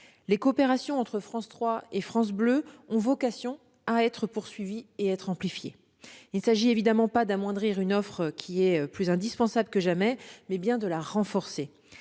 Les coopérations entre France 3 et France Bleu ont vocation à être poursuivies et amplifiées. Il ne s'agit évidemment pas d'amoindrir une offre plus indispensable que jamais, mais bien de la renforcer.